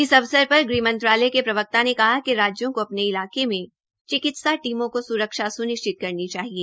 इस अवसर पर गृहमंत्रालय के प्रवक्ता ने कहा कि राज्यों को अपने इलाके में चिकित्सा टीमों को सुरक्षा सुनिश्चित करनी चाहिए